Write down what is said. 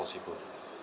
possible